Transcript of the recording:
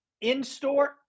In-store